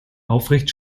aufrecht